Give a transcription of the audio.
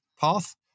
path